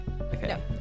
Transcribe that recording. Okay